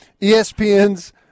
ESPN's